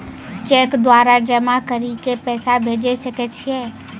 Cheque द्वारा जमा करि के पैसा भेजै सकय छियै?